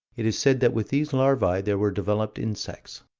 it is said that with these larvae there were developed insects.